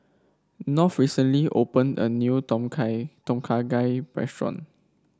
North recently opened a new Tom Kha Tom Kha Gai restaurant